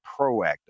proactive